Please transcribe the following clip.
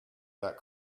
that